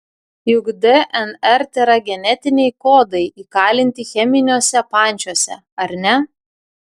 juk dnr tėra genetiniai kodai įkalinti cheminiuose pančiuose ar ne